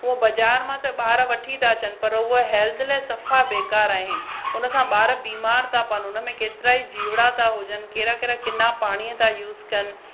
उहो बाज़ारि मां त ॿार वठी था अचनि पर उहा हेल्थ लाइ सफ़ा बेकार आहिनि उन सां ॿार बीमार था पवनि उन में केतिरा ई जीवड़ा त हुजनि केड़ा कहिड़ा किना पाणीअ त यूज़ कनि